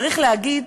צריך להגיד